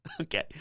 okay